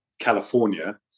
California